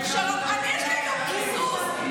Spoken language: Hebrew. יש לי היום קיזוז.